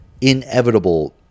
inevitable